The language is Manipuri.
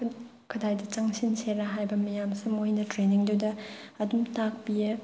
ꯀꯗꯥꯏꯗ ꯆꯪꯁꯤꯟꯁꯤꯔꯥ ꯍꯥꯏꯕ ꯃꯌꯥꯝꯁꯦ ꯃꯣꯏꯅ ꯇ꯭ꯔꯦꯅꯤꯡꯗꯨꯗ ꯑꯗꯨꯝ ꯇꯥꯛꯄꯤꯌꯦ